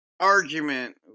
argument